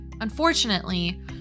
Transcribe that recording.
Unfortunately